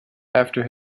after